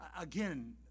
again